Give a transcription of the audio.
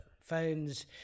phones